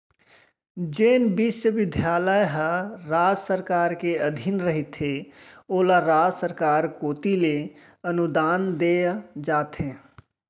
जेन बिस्वबिद्यालय ह राज सरकार के अधीन रहिथे ओला राज सरकार कोती ले अनुदान देय जाथे